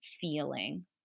feeling